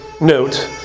note